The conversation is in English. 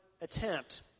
attempt